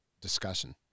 discussion